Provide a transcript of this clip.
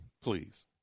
please